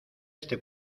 este